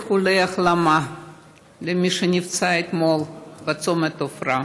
איחולי החלמה למי שנפצע אתמול בצומת עפרה,